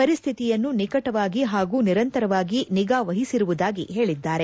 ಪರಿಸ್ಥಿತಿಯನ್ನು ನಿಕಟವಾಗಿ ಹಾಗೂ ನಿರಂತರವಾಗಿ ನಿಗಾ ವಹಿಸಿರುವುದಾಗಿ ಹೇಳಿದ್ದಾರೆ